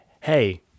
hey